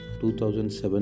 2007